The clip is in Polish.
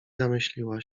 zamyśliła